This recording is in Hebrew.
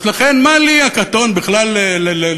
אז לכן מה לי, הקטון, בכלל לבקש,